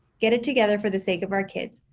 get it together for the sake of our kids.